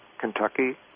kentucky